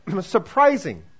surprising